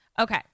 Okay